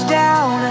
down